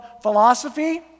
philosophy